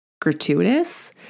gratuitous